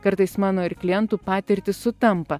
kartais mano ir klientų patirtys sutampa